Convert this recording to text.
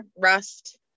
Rust